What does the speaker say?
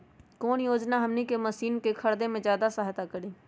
कौन योजना हमनी के मशीन के खरीद में ज्यादा सहायता करी?